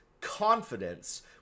confidence